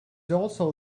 also